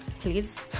please